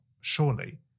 surely